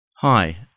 Hi